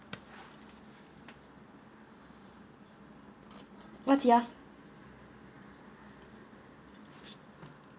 what's yours